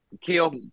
Kill